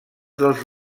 dels